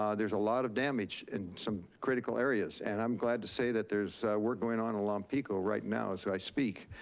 um there's a lot of damage in some critical areas. and i'm glad to say that there's work going on lompico right now as i speak.